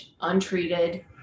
untreated